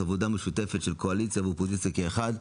עבודה משותפת של הקואליציה ואופוזיציה כאחד,